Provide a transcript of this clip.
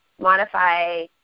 modify